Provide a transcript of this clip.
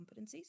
competencies